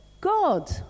God